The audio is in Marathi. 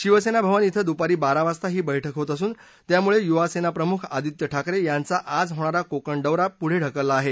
शिवसेना भवन इथं दुपारी बारा वाजता ही बस्कि होत असून त्यामुळे युवासेना प्रमुख आदित्य ठाकरे यांचा आज होणारा कोकण दौरा पुढे ढकलला आहे